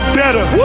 better